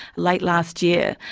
late last year,